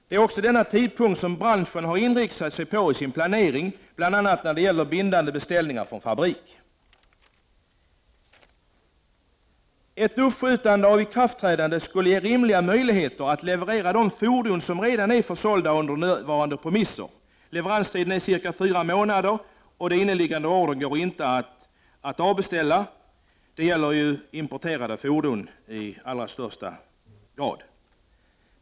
Det är den tidpunkt som branschen har inriktat sig på i sin planering, bl.a. när det gäller bindande beställningar från fabrik. Ett uppskjutande av ikraftträdandet skulle innebära rimliga möjligheter att leverera de fordon som redan försålts under nuvarande premisser. Leveranstiden är cirka fyra månader. Inneliggande order går inte att dra tillbaka. Det gäller ju till största delen importerade fordon.